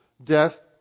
Death